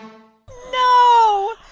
no.